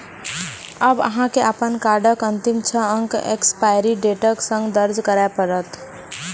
आब अहां के अपन कार्डक अंतिम छह अंक एक्सपायरी डेटक संग दर्ज करय पड़त